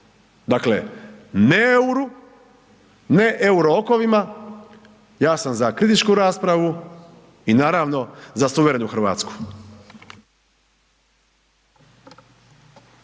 Dakle ne euru, ne euro okovima, ja sam za kritičku raspravu i naravno za suverenu Hrvatsku.